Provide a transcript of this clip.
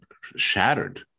shattered